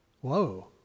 Whoa